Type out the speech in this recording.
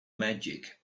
magic